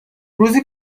روزی